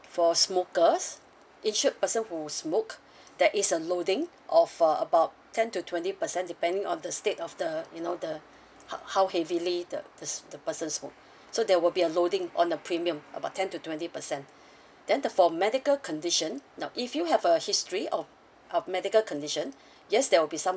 for smokers insured person who smoked there is a loading of uh about ten to twenty percent depending on the state of the you know the how how heavily the this the person smoke so there will be a loading on the premium about ten to twenty percent then the for medical condition now if you have a history of of medical condition yes there will be some